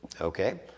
Okay